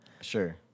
Sure